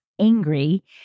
angry